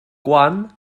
gwan